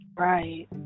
right